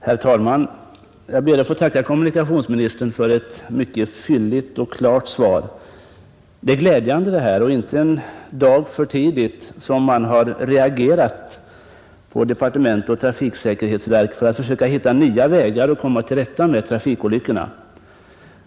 Herr talman! Jag ber att få tacka kommunikationsministern för ett mycket fylligt och klart svar. Det är glädjande och inte en dag för tidigt att man har reagerat i både departement och trafiksäkerhetsverk för att försöka hitta nya vägar att komma till rätta med trafikolyckorna.